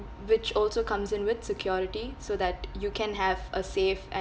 which also comes in with security so that you can have a safe